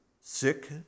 sick